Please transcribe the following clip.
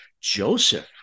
Joseph